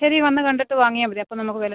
ശരി വന്നു കണ്ടിട്ട് വാങ്ങിയാൽ മതി അപ്പം നമുക്ക് വില